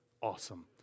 Awesome